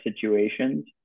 situations